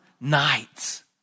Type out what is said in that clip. nights